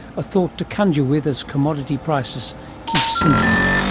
a thought to conjure with as commodity prices keep sinking.